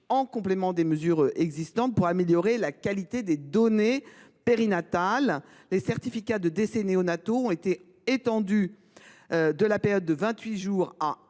en complément des mesures existantes pour améliorer la qualité des données périnatales. Les certificats de décès néonataux ont été étendus de l’âge de 28 jours à